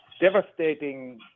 devastating